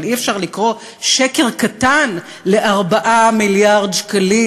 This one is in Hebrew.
אבל אי-אפשר לקרוא שקר קטן ל-4 מיליארד שקלים